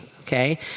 Okay